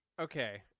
Okay